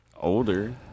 older